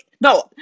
No